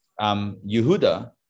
Yehuda